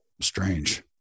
strange